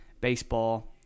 baseball